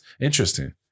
interesting